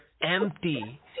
empty